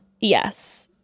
yes